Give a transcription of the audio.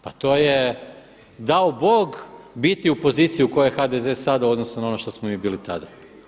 Pa to je, dao Bog biti u poziciji u kojoj je HDZ sada u odnosu na ono što smo mi bili tada.